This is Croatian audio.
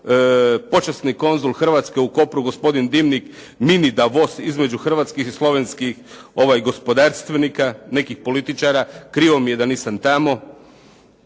počasni konzul Hrvatske u Kopru, gospodin Dimnik … /Govornik se ne razumije./ … između hrvatskih i slovenskih gospodarstvenika, nekih političara, krivo mi je da nisam tamo.